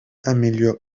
améliore